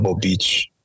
beach